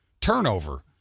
turnover